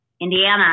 Indiana